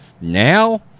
Now